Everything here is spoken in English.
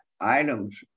items